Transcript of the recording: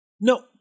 No